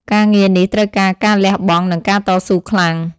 ការងារនេះត្រូវការការលះបង់និងការតស៊ូខ្លាំង។